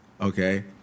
Okay